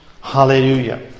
Hallelujah